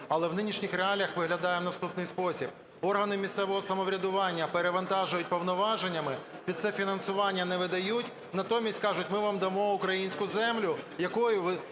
але в нинішніх реаліях виглядає у наступний спосіб. Органи місцевого самоврядування перевантажують повноваженнями, під це фінансування не видають. Натомість кажуть, ми вам дамо українську землю, яку ви